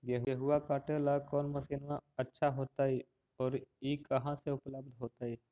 गेहुआ काटेला कौन मशीनमा अच्छा होतई और ई कहा से उपल्ब्ध होतई?